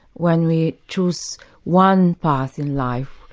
when we choose one path in life,